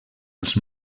els